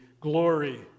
glory